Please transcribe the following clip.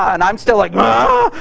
and i'm still like, huh?